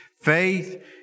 faith